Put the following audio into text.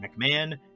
McMahon